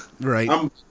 right